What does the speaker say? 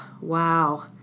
Wow